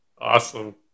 Awesome